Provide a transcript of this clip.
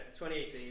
2018